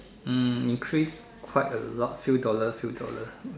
hmm increase quite a lot few dollar few dollar